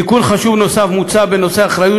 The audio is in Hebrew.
תיקון חשוב נוסף מוצע בנושא אחריות